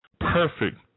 perfect